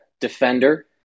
defender